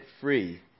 free